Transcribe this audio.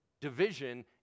Division